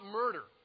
murder